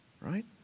right